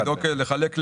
לחלק ל-200,